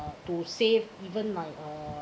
to save even like uh